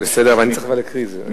בסדר, אבל אני צריך להקריא את זה.